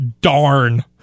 Darn